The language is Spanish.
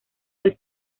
del